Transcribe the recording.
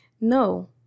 no